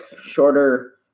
shorter